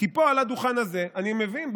כי פה, על הדוכן הזה, אני מבין,